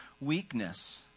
weakness